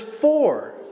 four